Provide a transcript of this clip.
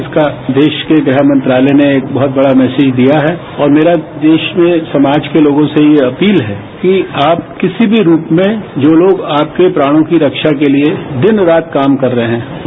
इसका देश के गृह मंत्रालय ने एक बहुत बड़ा मैसेज दिया है औरमेरा देश में समाज के लोगों से यह अपील है कि आप किसी भीरूप में जो लोग आपके प्राणों की रक्षा के लिए दिन रात काम कर रहे हैं उनका सम्मानकरिए